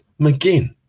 McGinn